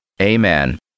Amen